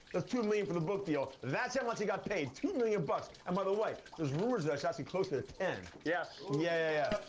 ah two million for the book deal that's how much he got paid. two million bucks. and by the way, there's rumors that it's actually closer to ten. yeah, so yeah,